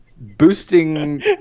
boosting